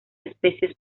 especies